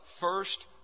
first